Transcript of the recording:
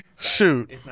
Shoot